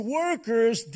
workers